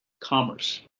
commerce